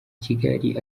kigali